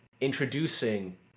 introducing